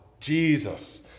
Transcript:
Jesus